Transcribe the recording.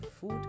food